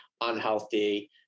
unhealthy